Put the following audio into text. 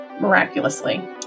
miraculously